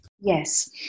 Yes